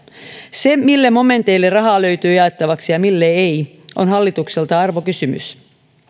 se mille momenteille rahaa löytyy jaettavaksi ja mille ei on hallitukselta arvokysymys